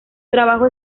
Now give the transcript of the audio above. trabajo